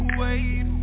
wait